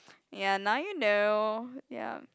ya now you know ya